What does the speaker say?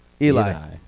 Eli